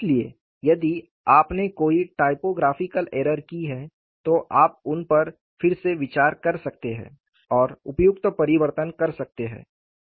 इसलिए यदि आपने कोई टाइपोग्राफ़िकल एरर की है तो आप उन पर फिर से विचार कर सकते हैं और उपयुक्त परिवर्तन कर सकते हैं